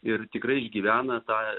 ir tikrai išgyvena tą